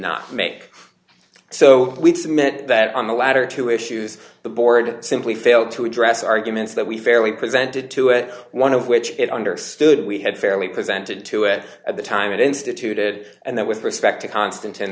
not make so we'd submit that on the latter two issues the board simply failed to address arguments that we fairly presented to it one of which it understood we had fairly presented to it at the time it instituted and that with respect to constant and